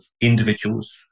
individuals